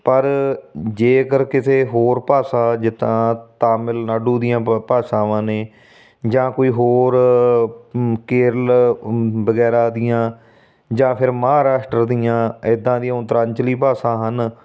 ਪਰ ਜੇਕਰ ਕਿਸੇ ਹੋਰ ਭਾਸ਼ਾ ਜਿੱਦਾਂ ਤਾਮਿਲਨਾਡੂ ਦੀਆਂ ਬ ਭਾਸ਼ਾਵਾਂ ਨੇ ਜਾਂ ਕੋਈ ਹੋਰ ਕੇਰਲ ਵਗੈਰਾ ਦੀਆਂ ਜਾਂ ਫਿਰ ਮਹਾਰਾਸ਼ਟਰ ਦੀਆਂ ਇੱਦਾਂ ਦੀਆਂ ਉਤਰਾਂਚਲੀ ਭਾਸ਼ਾ ਹਨ